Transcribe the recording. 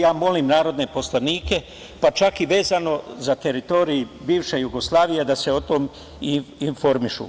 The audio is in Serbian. Ja molim narodne poslanike, pa čak i vezano za teritoriju bivše Jugoslavije, da se o tome informišu.